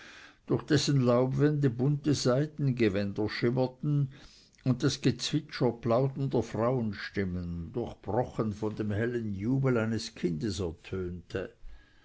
durch dessen laubwände bunte seidengewänder schimmerten und das gezwitscher plaudernder frauenstimmen durchbrochen von dem hellen jubel eines kindes